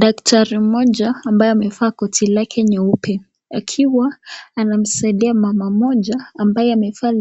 Daktari moja ambayo amevaa koti lake nyeupe akiwa anamsaidia mama moja ambaye amevaa